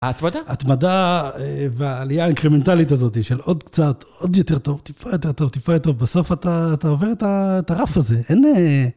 ההתמדה והעלייה האינקרמנטלית הזאת של עוד קצת, עוד יותר טוב, טיפה יותר טוב, בסוף אתה עובר את הרף הזה.